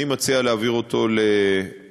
אני מציע להעביר אותו לוועדת